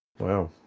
Wow